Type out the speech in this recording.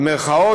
במירכאות,